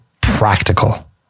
practical